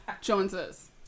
Joneses